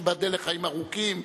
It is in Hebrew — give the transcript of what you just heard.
שתיבדל לחיים ארוכים,